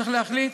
צריך להחליט